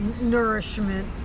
nourishment